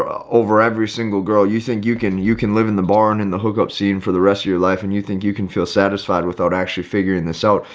over every single girl you think you can, you can live in the barn and the hookup scene for the rest of your life and you think you can feel satisfied without actually figuring this out.